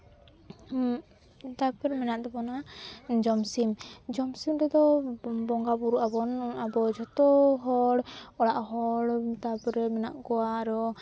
ᱛᱟᱯᱮᱨ ᱢᱮᱱᱟᱜ ᱛᱟᱵᱚᱱᱟ ᱡᱚᱢᱥᱤᱢ ᱡᱚᱢᱥᱤᱢ ᱨᱮᱫᱚ ᱵᱚᱸᱜᱟ ᱵᱳᱨᱳᱜ ᱟᱵᱚᱱ ᱟᱵᱚ ᱡᱷᱚᱛᱚ ᱦᱚᱲ ᱚᱲᱟᱜ ᱦᱚᱲ ᱛᱟᱯᱚᱨᱮ ᱢᱮᱱᱟᱜ ᱠᱚᱣᱟ ᱟᱨᱚ